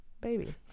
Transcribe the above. baby